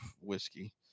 whiskey